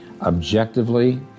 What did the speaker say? objectively